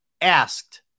asked